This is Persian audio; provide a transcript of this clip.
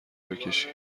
بکشی